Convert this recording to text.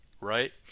right